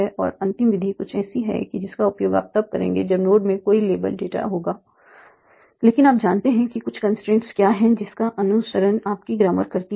और अंतिम विधि कुछ ऐसी है जिसका उपयोग आप तब करेंगे जब नोड में कोई लेबल डेटा होगा लेकिन आप जानते हैं कि कुछ कंस्ट्रेंट क्या हैं जिसका अनुसरण आपकी ग्रामर करती हैं